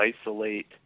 isolate